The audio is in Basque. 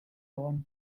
egon